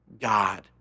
God